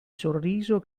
sorriso